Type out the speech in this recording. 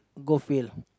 golf field